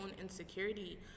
insecurity